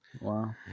wow